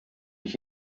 ich